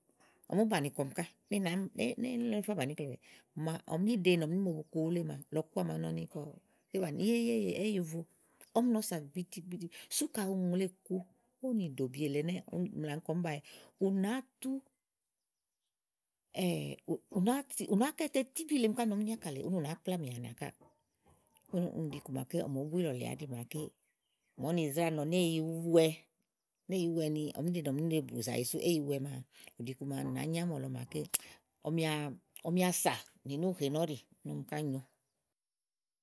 Ɔm ú bàni kɔɔmi ká né nàe mi bàni íkle wèe màa ɔm níɖe ni ɔm nimo bu ku wulé maa lɔ̀ku à ma nɔ ni ké bàni éyi éyi ìí vo ɔm nɔ sà gbidigbidi sú kàyi ùŋle kùu ówò nìɖòbi èle ún mla ni kɔ bae ù nàá tú ù nàá k ù nàá kɔ̀ itɛ́ tíbí nɔɔ̀m ni ákà lèe úni ù nàá kplámi anà káà. Ɖɛ́ɛ́ ò mòó bu ílɔ lèe à áɖì màa ké màa úni wá nɔ ni éyi ìí wɛ ni ɔmɔ niɖe nì ɔm nìmo bù zàyi sú éyi ìí wɛ maa ù ɖi iku maa nànyi ámɔ̀lɔ màa ké ɔmiwa sà nì núùne nɔ́ ɔ̀ɖi ɔm ká nyo.